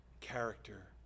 character